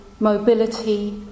mobility